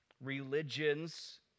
religions